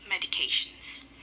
medications